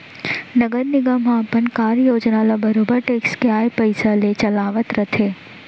नगर निगम ह अपन कार्य योजना ल बरोबर टेक्स के आय पइसा ले चलावत रथे